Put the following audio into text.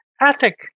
ethic